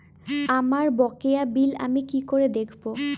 আমার বকেয়া বিল আমি কি করে দেখব?